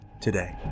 today